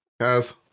Guys